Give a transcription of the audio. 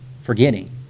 forgetting